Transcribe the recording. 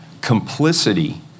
complicity